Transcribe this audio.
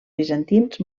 bizantins